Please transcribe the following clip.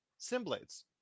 Simblades